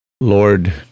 Lord